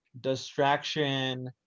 distraction